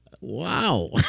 Wow